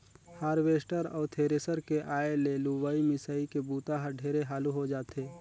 harvester अउ thresher के आए ले लुवई, मिंसई के बूता हर ढेरे हालू हो जाथे